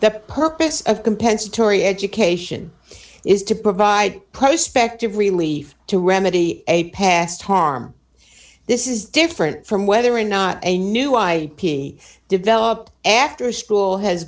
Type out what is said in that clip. the purpose of compensatory education is to provide prospect of relief to remedy a past harm this is different from whether or not a new i p developed after school has